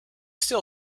still